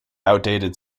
outdated